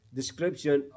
description